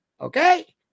Okay